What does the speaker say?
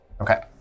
Okay